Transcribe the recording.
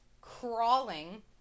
crawling